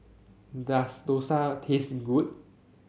does Dosa taste good